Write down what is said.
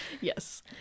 Yes